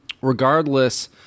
regardless